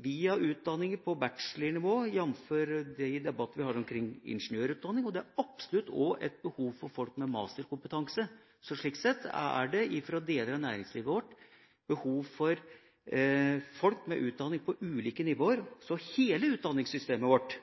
via utdanninger på bachelornivå – jf. den debatten vi har omkring ingeniørutdanning – og det er absolutt også et behov for folk med masterkompetanse. Så slik sett har deler av næringslivet vårt behov for folk med utdanning på ulike nivåer. Hele utdanningssystemet vårt,